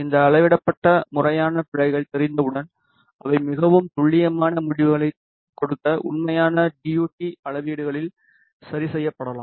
இந்த அளவிடப்பட்ட முறையான பிழைகள் தெரிந்தவுடன் அவை மிகவும் துல்லியமான முடிவுகளைக் கொடுக்க உண்மையான டி யு டி அளவீடுகளில் சரிசெய்யப்படலாம்